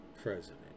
President